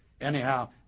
Anyhow